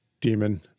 demon